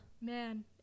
Man